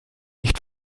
nicht